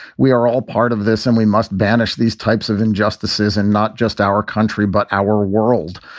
we are all part of this. and we must banish these types of injustices and not just our country, but our world.